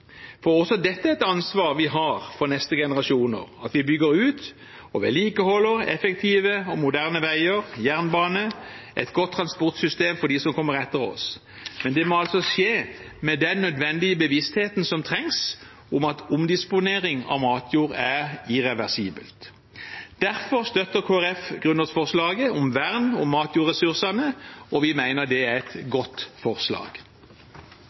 for også dette er et ansvar vi har for kommende generasjoner: at vi bygger ut og vedlikeholder effektive og moderne veier og jernbanen – et godt transportsystem for dem som kommer etter oss. Men det må altså skje med den nødvendige bevisstheten som trengs om at omdisponering av matjord er irreversibelt. Derfor støtter Kristelig Folkeparti grunnlovsforslaget om vern om matjordressursene, og vi mener det er godt forslag.